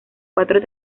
cuatro